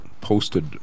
posted